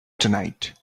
tonight